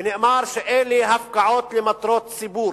ונאמר שאלה הפקעות למטרות ציבור,